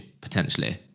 potentially